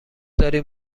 داریم